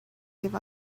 give